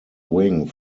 wing